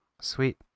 Sweet